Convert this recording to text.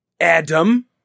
Adam